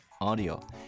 audio